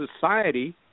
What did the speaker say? society